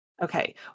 Okay